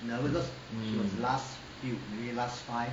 mm